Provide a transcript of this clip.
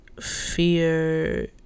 fear